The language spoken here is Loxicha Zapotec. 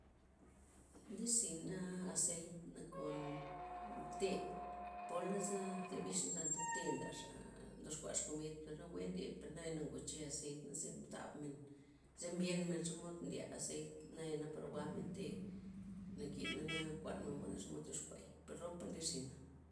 Nlirzina azeit nakon tee', polaza' ze bixna'ze antha tee' ndaxaa ndoxkuaxa' komid, per nawe ndiey per naya' ngoche azeit neze ntabmen, zee mbyenmen xomod ndye azeit naya' na par jwa'men tee', nakinaa' kuanmen mod tyoxkuay, per ropa' nlirzyna'.